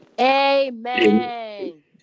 Amen